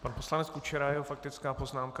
Pan poslanec Kučera a jeho faktická poznámka.